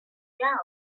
down